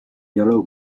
yellow